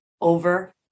over